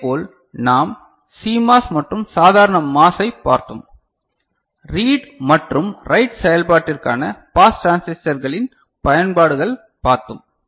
இதேபோல் நாம் CMOS மற்றும் சாதாரண MOS ஐப் பார்த்தோம் ரீட் மற்றும் ரைட் செயல்பாட்டிற்கான பாஸ் டிரான்சிஸ்டர்களின் பயன்பாடுகள் பார்த்தோம்